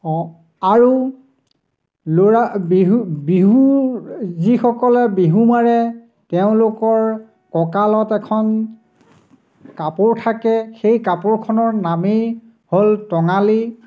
অঁ আৰু ল'ৰা বিহু বিহুৰ যিসকলে বিহু মাৰে তেওঁলোকৰ কঁকালত এখন কাপোৰ থাকে সেই কাপোৰখনৰ নামেই হ'ল টঙালী